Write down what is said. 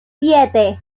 siete